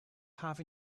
have